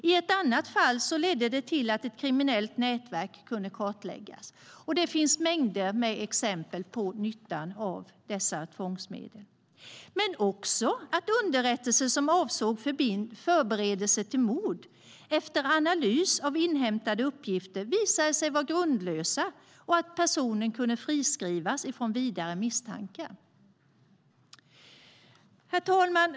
I ett annat fall ledde det till att ett kriminellt nätverk kunde kartläggas. Det finns mängder med exempel på nyttan av dessa tvångsmedel. Det finns också exempel på att underrättelser som avsåg förberedelser till mord efter analys av inhämtade uppgifter visade sig vara grundlösa och personen kunde friskrivas från vidare misstankar. Herr talman!